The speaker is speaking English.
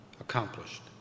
accomplished